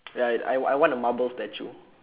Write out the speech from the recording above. ya I I want a marble statue